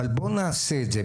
אבל בואו נעשה את זה,